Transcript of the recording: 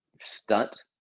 stunt